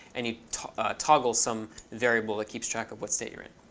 and you toggle some variable that keeps track of what state you're in,